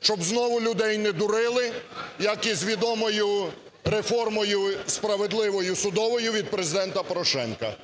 щоб знову людей не дурили, як із відомою реформою справедливою судовою від Президента Порошенка.